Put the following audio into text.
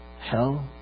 Hell